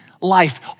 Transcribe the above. life